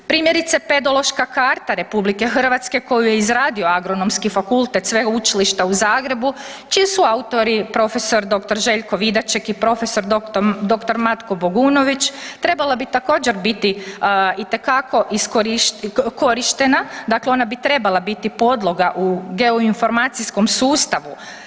Primjerice, pedološka karta RH koju je izradio Agronomski fakultet Sveučilišta u Zagrebu čiji su autori prof.dr. Željko Vidaček i prof.dr. Matko Bogunović trebala bi također biti itekako korištena, dakle ona bi trebala biti podloga u geoinformacijskom sustavu.